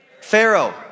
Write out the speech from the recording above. Pharaoh